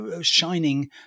shining